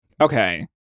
Okay